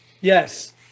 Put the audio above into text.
yes